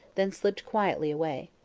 then slipped quietly away.